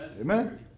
Amen